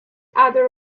other